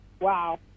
Wow